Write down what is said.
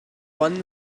one